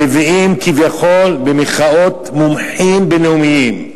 מביאים כביכול "מומחים בין-לאומיים"